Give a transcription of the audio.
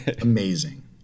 amazing